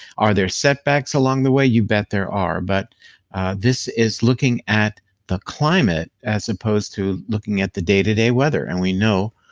are there setbacks along the way? you bet there are, but this is looking at the climate as opposed to looking at the day-to-day weather and we know,